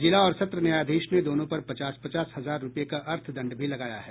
जिला और सत्र न्यायाधीश ने दोनों पर पचास पचास हजार रूपये का अर्थदंड भी लगाया है